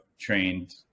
trained